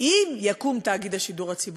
אם יקום תאגיד השידור הציבורי.